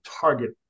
target